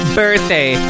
birthday